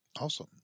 Awesome